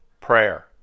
Prayer